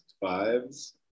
fives